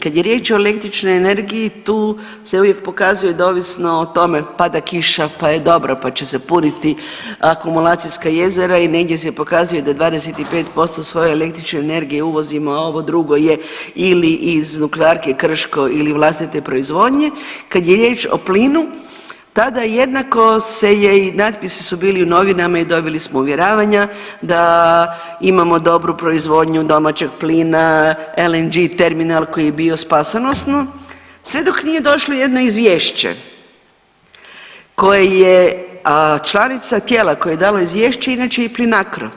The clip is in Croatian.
Kad je riječ o električnoj energiji tu se uvijek pokazuje da ovisno o tome pada kiša pa je dobro pa će se puniti akumulacijska jezera i negdje se pokazuje da 25% svoje električne energije, a ovo drugo je ili iz Nuklearko Krško ili vlastite proizvodnje, kad je riječ o plinu tada jednako se je i natpisi su bili u novinama i dobili smo uvjeravanja da imamo dobru proizvodnju domaćeg plina, LNG terminal koji je bio spasonosno sve dok nije došlo jedno izvješće koje je članica tijela koje dalo izvješće inače i Plinacro.